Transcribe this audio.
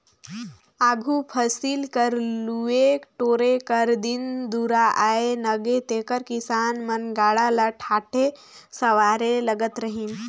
आघु फसिल कर लुए टोरे कर दिन दुरा आए नगे तेकर किसान मन गाड़ा ल ठाठे सवारे लगत रहिन